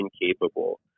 incapable